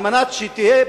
כדי שתהיה,